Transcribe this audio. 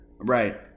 Right